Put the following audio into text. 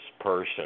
person